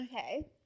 okay